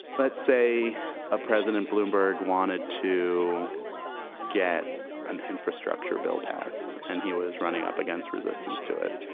let's say a president bloomberg wanted to get an infrastructure bill passed and he was running up against resistance to it.